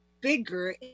bigger